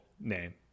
name